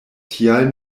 tial